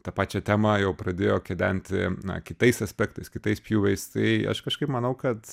tą pačią temą jau pradėjo kedenti na kitais aspektais kitais pjūviais tai aš kažkaip manau kad